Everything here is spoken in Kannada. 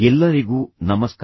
ಎಲ್ಲರಿಗೂ ನಮಸ್ಕಾರ